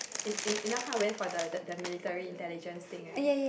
you you know how I went for the the military intelligence thing [right]